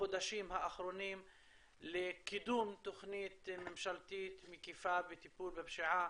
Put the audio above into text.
החודשים האחרונים לקידום תוכנית ממשלתית מקיפה לטיפול בפשיעה